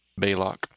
Baylock